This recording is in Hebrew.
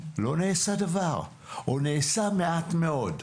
לא נעשה דבר או נעשה מעט מאוד.